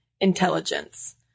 intelligence